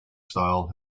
style